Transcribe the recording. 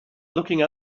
looking